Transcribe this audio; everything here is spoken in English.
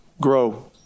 grow